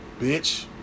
bitch